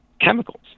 chemicals